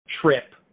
trip